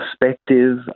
perspective